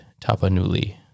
Tapanuli